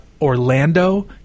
Orlando